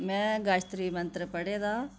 में गायत्री मंत्र पढ़े दा